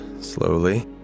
slowly